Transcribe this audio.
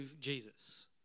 Jesus